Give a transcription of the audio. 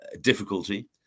difficulty